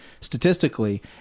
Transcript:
statistically